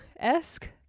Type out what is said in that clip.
Esque